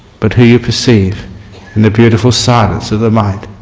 but who you perceive in the beautiful silence of the mind.